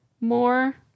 more